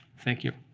thank you.